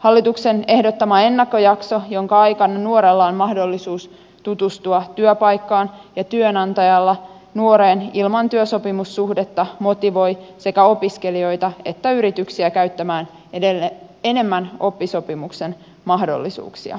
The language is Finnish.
hallituksen ehdottama ennakkojakso jonka aikana nuorella on mahdollisuus tutustua työpaikkaan ja työnantajalla nuoreen ilman työsopimussuhdetta motivoi sekä opiskelijoita että yrityksiä käyttämään enemmän oppisopimuksen mahdollisuuksia